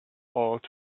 old